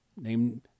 named